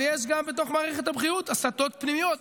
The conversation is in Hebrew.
אבל יש גם בתוך מערכת הבריאות הסטות פנימיות.